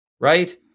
Right